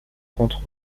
contre